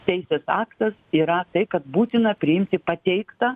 teisės aktas yra tai kad būtina priimti pateiktą